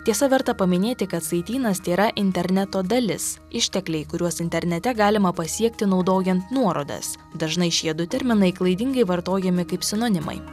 tiesa verta paminėti kad saitynas tėra interneto dalis ištekliai kuriuos internete galima pasiekti naudojant nuorodas dažnai šie du terminai klaidingai vartojami kaip sinonimai